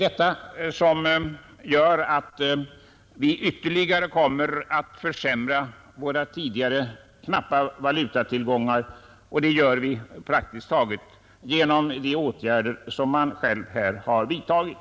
Detta kommer ytterligare att försämra våra tidigare knappa valutatillgångar, och orsaken härtill är alltså åtgärder som staten själv har vidtagit.